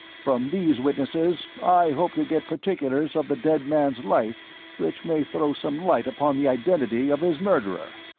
from these witnesses i hope to get particulars of the dead man's life which may throw some light upon the identity of his murderer.